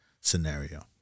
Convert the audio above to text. scenario